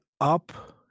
up